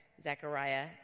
Zechariah